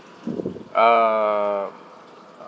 uh